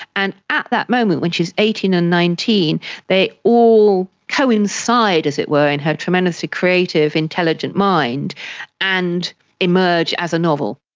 and at that moment when she is eighteen and nineteen they all coincide, as it were, in her tremendously creative intelligent mind and emerge as a novel.